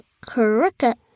Cricket